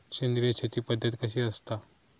सेंद्रिय शेती पद्धत कशी असता?